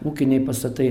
ūkiniai pastatai